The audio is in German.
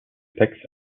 text